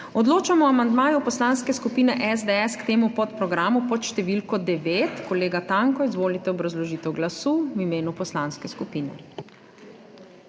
Odločamo o amandmaju Poslanske skupine SDS k temu podprogramu pod številko 6. Kolega Tanko, izvolite obrazložitev glasu. V imenu poslanske skupine,